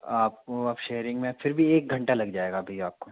आपको आप शेयरिंग में फिर भी एक घंटा लग जाएगा अभी आपको